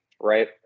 right